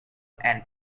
and